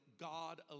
God